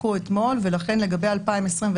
ותיקונים שנדרשים על-מנת לבצע את